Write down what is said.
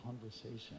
conversation